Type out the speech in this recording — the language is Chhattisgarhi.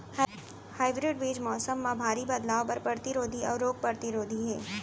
हाइब्रिड बीज मौसम मा भारी बदलाव बर परतिरोधी अऊ रोग परतिरोधी हे